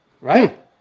Right